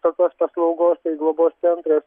tokios paslaugos kaip globos centras